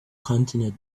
continue